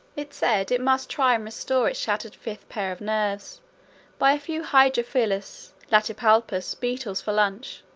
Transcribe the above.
it said it must try and restore its shattered fifth pair of nerves by a few hydrophilus latipalpus beetles for lunch,